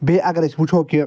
بیٚیہِ اگر أسۍ وُچھو کہِ